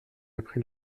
appris